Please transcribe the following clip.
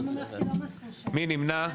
מי נמנע?